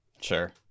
Sure